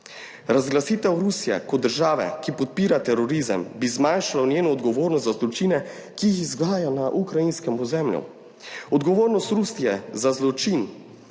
Razglasitev Rusije kot države, ki podpira terorizem, bi zmanjšala njeno odgovornost za zločine, ki jih zganja na ukrajinskem ozemlju. **15. TRAK: (TB) – 13.10**